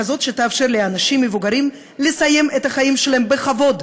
כזאת שתאפשר לאנשים מבוגרים לסיים את החיים שלהם בכבוד,